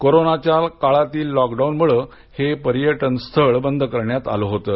कोरोनाच्या काळातील लॉकडाऊन मूळ हे पर्यटन स्थळ बंद करण्यात आलं होतं